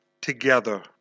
together